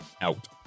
out